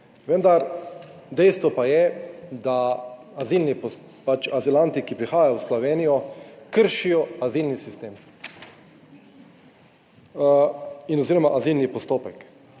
vendar dejstvo pa je, da pa azilanti, ki prihajajo v Slovenijo kršijo azilni sistem oziroma azilni postopek.